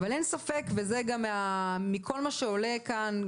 אבל אין ספק מכל מה שעולה כאן,